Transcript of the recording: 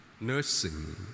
Nursing